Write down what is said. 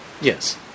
Yes